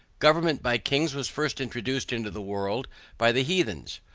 government by kings was first introduced into the world by the heathens,